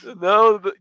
No